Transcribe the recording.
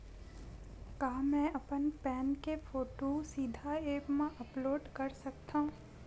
का मैं अपन पैन के फोटू सीधा ऐप मा अपलोड कर सकथव?